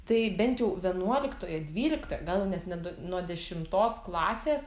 tai bent jau vienuoliktoje dvyliktoje gal net ne du nuo dešimtos klasės